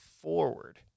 forward